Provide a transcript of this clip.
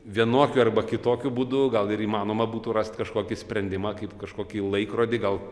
vienokiu arba kitokiu būdu gal ir įmanoma būtų rast kažkokį sprendimą kaip kažkokį laikrodį gal